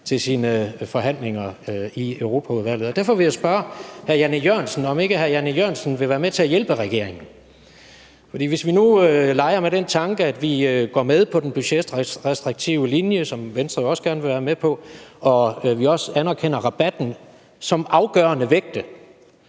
til sine forhandlinger i Europaudvalget. Derfor vil jeg spørge hr. Jan E. Jørgensen, om ikke hr. Jan E. Jørgensen vil være med til at hjælpe regeringen. Hvis vi nu leger med den tanke, at vi går med på den budgetrestriktive linje, som Venstre jo også gerne vil være med på, og at vi også anerkender rabatten som afgørende vægte,